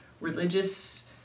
religious